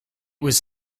was